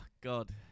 God